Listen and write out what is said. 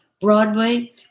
Broadway